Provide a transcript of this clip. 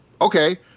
okay